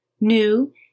New